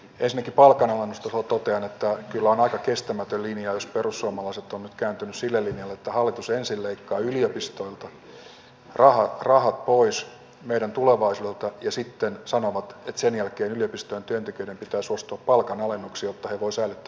ensinnäkin palkanalennuksista totean että kyllä on aika kestämätön linja jos perussuomalaiset ovat nyt kääntyneet sille linjalle että hallitus ensin leikkaa yliopistoilta rahat pois meidän tulevaisuudelta ja sitten he sanovat että sen jälkeen yliopistojen työntekijöiden pitää suostua palkanalennuksiin jotta he voivat säilyttää työpaikkansa